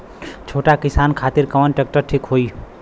छोट किसान खातिर कवन ट्रेक्टर ठीक होई?